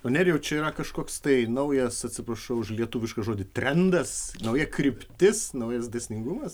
o nerijau čia yra kažkoks tai naujas atsiprašau už lietuvišką žodį trendas nauja kryptis naujas dėsningumas